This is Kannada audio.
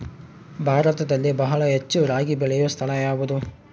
ಭಾರತದಲ್ಲಿ ಬಹಳ ಹೆಚ್ಚು ರಾಗಿ ಬೆಳೆಯೋ ಸ್ಥಳ ಯಾವುದು?